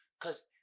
Cause